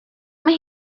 mae